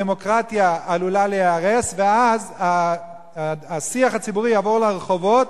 הדמוקרטיה עלולה ליהרס ואז השיח הציבורי יעבור לרחובות.